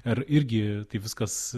ir irgi kaip viskas